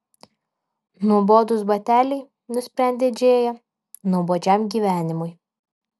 nuobodūs bateliai nusprendė džėja nuobodžiam gyvenimui